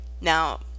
Now